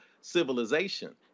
civilization